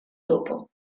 dopo